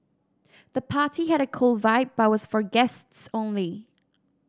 the party had a cool vibe but was for guests only